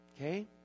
Okay